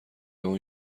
اون